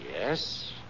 Yes